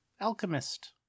alchemist